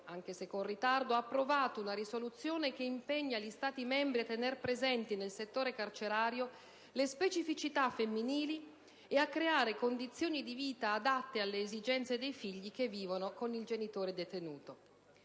anche se con ritardo, ha approvato una risoluzione che impegna gli Stati membri a tener presente nel settore carcerario le specificità femminili e a creare condizioni di vita adatte alle esigenze dei figli che vivono con il genitore detenuto.